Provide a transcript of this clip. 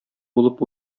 булып